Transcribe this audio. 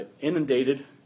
inundated